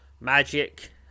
magic